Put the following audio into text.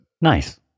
Nice